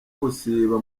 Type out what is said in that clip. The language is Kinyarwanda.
gusiba